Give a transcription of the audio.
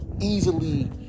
Easily